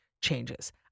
changes